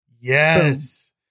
Yes